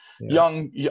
young